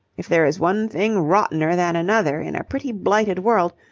if there is one thing rottener than another in a pretty blighted world,